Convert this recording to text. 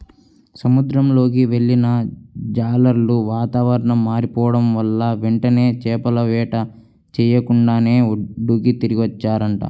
సముద్రంలోకి వెళ్ళిన జాలర్లు వాతావరణం మారిపోడం వల్ల వెంటనే చేపల వేట చెయ్యకుండానే ఒడ్డుకి తిరిగి వచ్చేశారంట